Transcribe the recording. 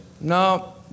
no